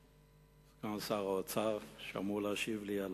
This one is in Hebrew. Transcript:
שר האוצר שאמור להשיב לי על